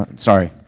and sorry.